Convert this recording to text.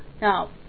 now